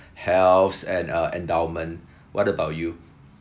health and uh endowment what about you